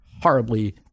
Horribly